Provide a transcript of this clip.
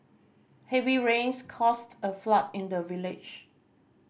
heavy rains caused a flood in the village